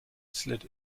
slid